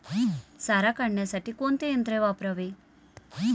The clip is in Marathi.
सारा काढण्यासाठी कोणते यंत्र वापरावे?